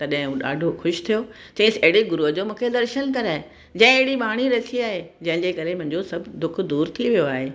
तॾहिं उहो ॾाढो ख़ुशि थियो चयईंसि अहिड़े गुरुअ जो मूंखे दर्शन कराए जंहिं अहिड़ी बाणी रची आहे जंहिंजे करे मुंहिंजो सभु दुखु दूरि थी वियो आहे